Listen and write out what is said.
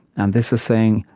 and this is saying,